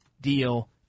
deal